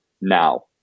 now